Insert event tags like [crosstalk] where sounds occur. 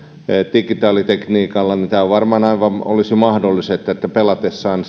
digitaalitekniikalla tämä varmaan olisi aivan mahdollista että että pelatessaan [unintelligible]